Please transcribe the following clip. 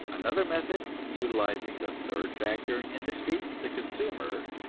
another method, utilizing the third factor in industry, the consumer,